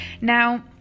Now